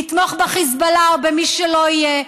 לתמוך בחיזבאללה או במי שלא יהיה,